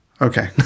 Okay